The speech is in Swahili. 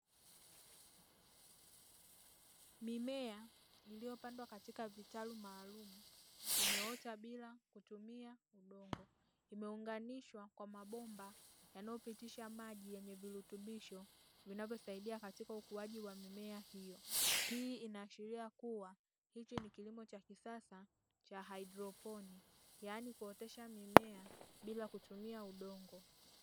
Mimea iliyopandwa katika vitalu maalumu imeota bila kutumia udongo imeunganishwa kwa mabomba yanayo pitisha maji yenye virutubisho vinavyo saidia katika ukuaji wa mimea hiyo. Hii ina ashiria kuwa hichi ni kilimo cha kisasa cha haidroponi yaani kuotesha mimea bila kutumia udongo.